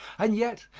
and yet,